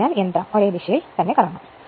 അതിനാൽ യന്ത്രം ഒരേ ദിശയിൽ കറങ്ങും